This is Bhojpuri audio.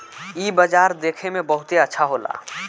इ बाजार देखे में बहुते अच्छा होला